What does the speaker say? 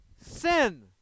sin